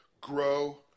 grow